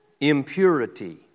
impurity